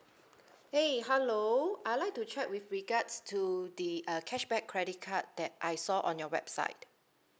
!hey! hello I'd like to check with regards to the uh cashback credit card that I saw on your website